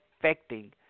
affecting